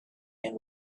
and